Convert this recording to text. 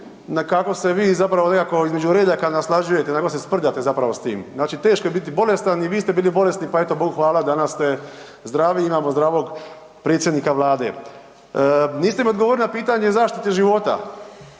na kako se vi zapravo nekako između redaka naslađujete, kako se sprdate zapravo s tim, znači teško je biti bolestan i vi ste bili bolesni pa eto Bogu hvala danas ste zdravi, imamo zdravog predsjednika Vlade. Niste mi odgovorili pitanje o zaštiti života,